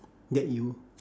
that you